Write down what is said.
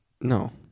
No